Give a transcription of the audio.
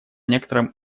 некотором